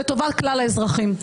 לטובת כלל האזרחים.